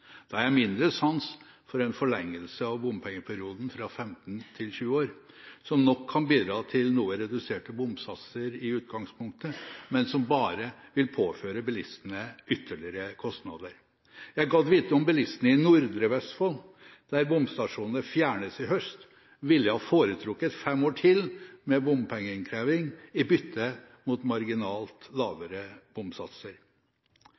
har jeg mindre sans for en forlengelse av bompengeperioden fra 15 til 20 år, som nok kan bidra til noe reduserte bomsatser i utgangspunktet, men som bare vil påføre bilistene ytterligere kostnader. Jeg gadd vite om bilistene i nordre Vestfold, der bomstasjonene fjernes i høst, ville ha foretrukket fem år til med bompengeinnkreving i bytte mot marginalt